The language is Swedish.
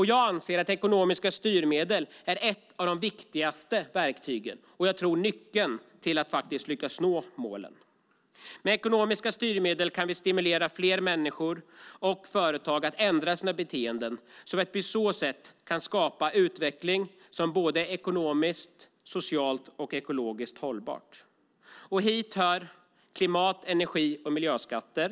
Jag anser att ekonomiska styrmedel är ett av de viktigaste verktygen och nyckeln till att faktiskt lyckas nå målen. Med ekonomiska styrmedel kan vi stimulera fler människor och företag att ändra sitt beteende och på så sätt skapa en utveckling som är såväl ekonomiskt som socialt och ekologiskt hållbar. Hit hör klimat-, energi och miljöskatter.